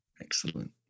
Excellent